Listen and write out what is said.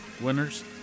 winners